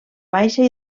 baixa